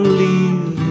leave